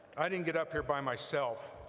i didn't get up here by myself,